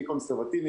מקונסרבטיבי,